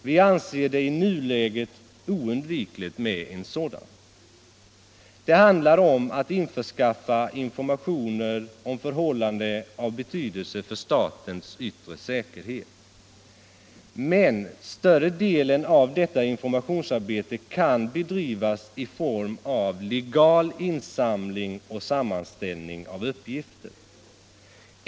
Vi anser det i nuläget oundvikligt med en sådan. Det handlar om att införskaffa informationer om förhållanden av betydelse för statens yttre säkerhet. Men större delen av detta informationsarbete kan bedrivas i form av legal insamling och sammanställning av uppgifter.